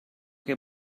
che